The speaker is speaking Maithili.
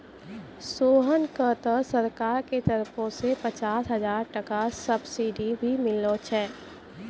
सोहन कॅ त सरकार के तरफो सॅ पचास हजार टका सब्सिडी भी मिललो छै